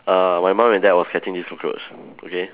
err my mum and dad was catching this cockroach okay